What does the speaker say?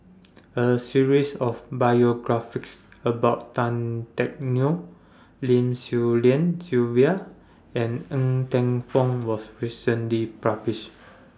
A series of biographies about Tan Teck Neo Lim Swee Lian Sylvia and Ng Teng Fong was recently published